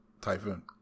typhoon